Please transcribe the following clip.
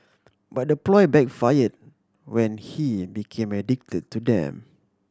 but the ploy backfired when he became addicted to them